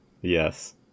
yes